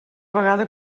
vegada